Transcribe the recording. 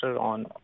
on